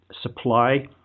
supply